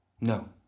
No